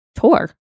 tour